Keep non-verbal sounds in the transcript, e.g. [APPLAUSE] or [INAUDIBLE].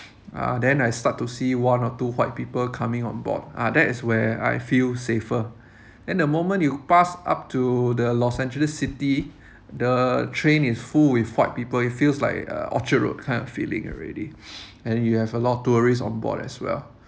uh then I start to see one or two white people coming on board ah that is where I feel safer then the moment you pass up to the los angeles city the train is full with white people it feels like uh orchard road kind of feeling already [BREATH] and you have a lot of tourists on board as well